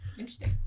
Interesting